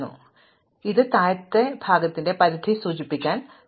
അതിനാൽ ഇത് താഴത്തെ ഭാഗത്തിന്റെ പരിധി സൂചിപ്പിക്കാൻ പോകുന്നു